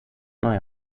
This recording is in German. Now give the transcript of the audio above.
neu